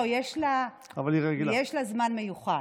לא, יש לה זמן מיוחד.